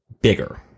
bigger